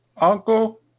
Uncle